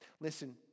Listen